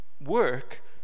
work